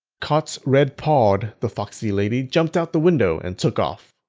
caught red-pawed, the foxy lady jumped out the window and took off.